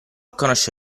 conosce